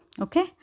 Okay